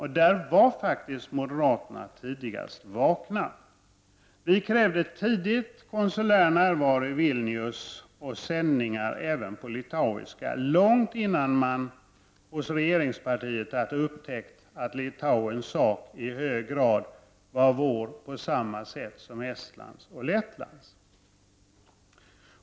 I det fallet var faktiskt moderaterna tidigast vakna. Vi krävde tidigt konsulär närvaro i Vilnius och sändningar även på litauiska långt innan man hos regeringspartiet hade upptäckt att Litauens sak i hög grad var vår på samma sätt som Estlands och Lettlands.